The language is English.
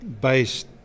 based